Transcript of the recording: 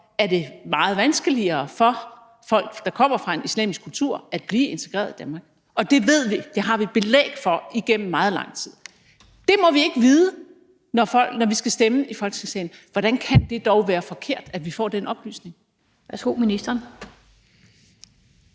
er meget vanskeligere for folk, der kommer fra en islamisk kultur, at blive integreret i Danmark. Det ved vi. Det har vi belæg for igennem meget lang tid. Det må vi ikke vide, når vi skal stemme i Folketingssalen. Hvordan kan det dog være forkert, at vi får den oplysning? Kl. 19:23 Den